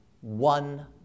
one